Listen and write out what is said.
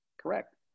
Correct